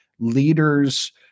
leaders